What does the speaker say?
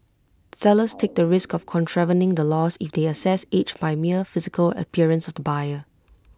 sellers take the risk of contravening the laws if they assess age by mere physical appearance of the buyer